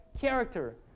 character